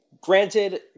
granted